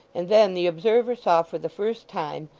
and then the observer saw for the first time,